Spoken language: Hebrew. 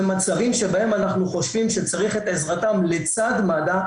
במצבים שבהם אנחנו חושבים שצריך את עזרתם לצד מד"א,